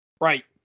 Right